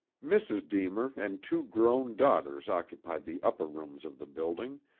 mrs. deemer and two grown daughters occupied the upper rooms of the building,